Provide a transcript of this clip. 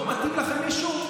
לא מתאים לכם מישהו?